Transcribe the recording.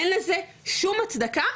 אין לזה שום הצדקה,